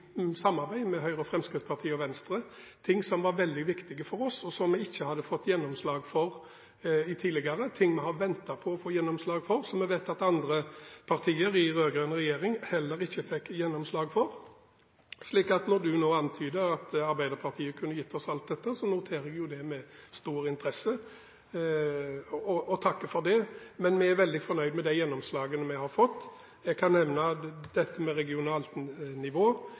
ting som var veldig viktig for oss, og som vi ikke hadde fått gjennomslag for tidligere – ting vi har ventet på å få gjennomslag for, og som vi vet andre partier, i rød-grønn regjering, heller ikke fikk gjennomslag for. Når representanten nå antyder at Arbeiderpartiet kunne gitt oss alt dette, noterer jeg meg det med stor interesse og takker for det. Men vi er veldig fornøyd med de gjennomslagene vi har fått. Jeg kan nevne regionalt nivå, helsetjenester, rus, psykiatri, tapskompensasjon, leirskoler og en masse andre ting, som vi har greid å påvirke i årets kommuneproposisjon. Med